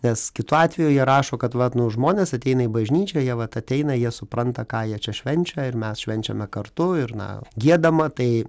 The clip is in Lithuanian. nes kitu atveju jie rašo kad vat nu žmonės ateina į bažnyčią jie vat ateina jie supranta ką jie čia švenčia ir mes švenčiame kartu ir na giedama tai